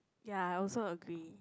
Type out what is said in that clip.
ya I also agree